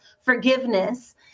forgiveness